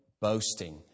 boasting